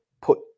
put